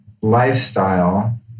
lifestyle